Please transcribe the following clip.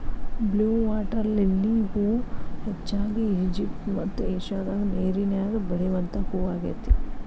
blue water lily ಹೂ ಹೆಚ್ಚಾಗಿ Egypt ಮತ್ತ ಏಷ್ಯಾದಾಗ ನೇರಿನ್ಯಾಗ ಬೆಳಿವಂತ ಹೂ ಆಗೇತಿ